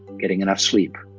getting enough sleep,